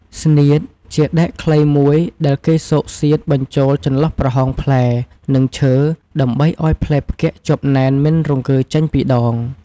ស្នៀត ជាដែកខ្លីមួយដែលគេស៊កសៀតបញ្ចូលចន្លោះប្រហោងផ្លែ និងឈើ ដើម្បីឲ្យផ្លែផ្គាក់ជាប់ណែនមិនរង្គើចេញពីដង ។